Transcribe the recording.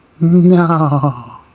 No